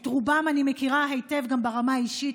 את רובם אני מכירה היטב גם ברמה האישית,